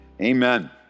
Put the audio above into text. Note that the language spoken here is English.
Amen